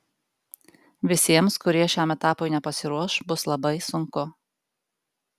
visiems kurie šiam etapui nepasiruoš bus labai sunku